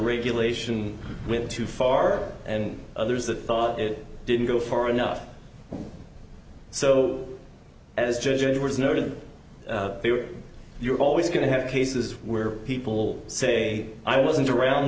regulation will too far and others that thought it didn't go far enough so as judge edward snowden you're always going to have cases where people say i wasn't around